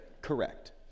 Correct